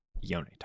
Yone